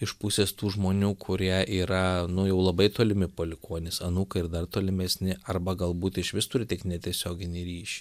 iš pusės tų žmonių kurie yra nu jau labai tolimi palikuonys anūkai ir dar tolimesni arba galbūt išvis turi tik netiesioginį ryšį